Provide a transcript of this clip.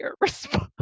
response